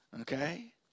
Okay